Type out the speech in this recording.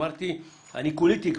אני כולי תקווה,